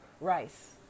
rice